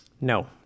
No